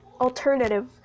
alternative